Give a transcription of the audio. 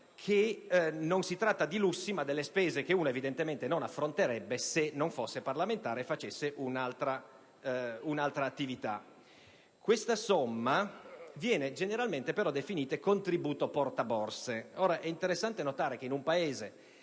Non si tratta di lusso, ma di spese che uno evidentemente non affronterebbe se non fosse parlamentare e facesse un'altra attività. Questa somma viene generalmente definita "contributo portaborse". È interessante notare come in un Paese